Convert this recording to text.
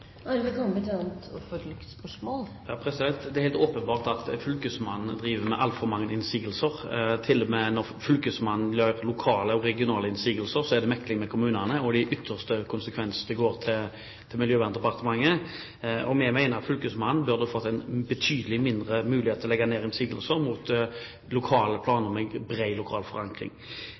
Det er helt åpenbart at fylkesmannen driver med altfor mange innsigelser. Til og med når fylkesmannen har lokale og regionale innsigelser, er det mekling med kommunene, og i ytterste konsekvens går det til Miljøverndepartementet. Vi mener fylkesmannen burde fått en betydelig mindre mulighet til å legge inn innsigelser mot lokale planer med bred lokal forankring.